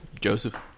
Joseph